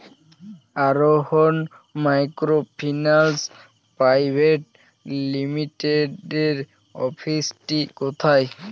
আরোহন microfinance private লিমিটেডের অফিসটি কোথায়?